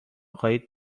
خواهید